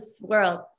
world